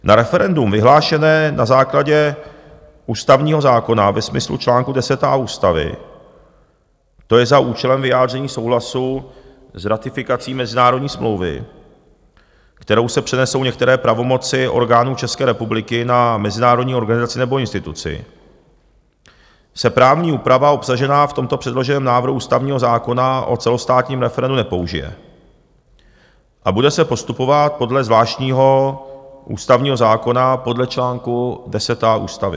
Na referendu vyhlášeném na základě ústavního zákona ve smyslu čl. 10a ústavy, to je za účelem vyjádření souhlasu s ratifikací mezinárodní smlouvy, kterou se přenesou některé pravomoci orgánů České republiky na mezinárodní organizaci nebo instituci, se právní úprava obsažená v tomto předloženém návrhu ústavního zákona o celostátním referendu nepoužije a bude se postupovat podle zvláštního ústavního zákona podle čl. 10a ústavy.